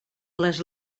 les